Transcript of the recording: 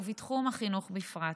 ובתחום החינוך בפרט,